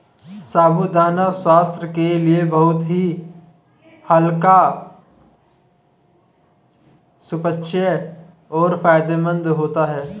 साबूदाना स्वास्थ्य के लिए बहुत ही हल्का सुपाच्य और फायदेमंद होता है